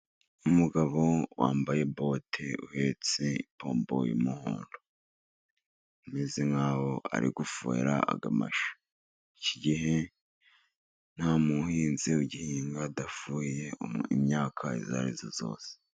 Umugabo wambaye bote uhetse ipombo y'umuhondo, ameze nk'aho ari gufuhera aya mashu. Iki gihe nta muhinzi ugihinga adafuheye imyaka iyo ari yo yose.